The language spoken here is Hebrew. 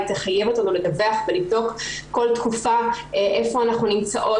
היא תחייב אותנו לדווח ולבדוק כל תקופה איפה אנחנו נמצאות,